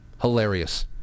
Hilarious